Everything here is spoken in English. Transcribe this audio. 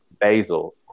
Basil